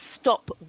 stop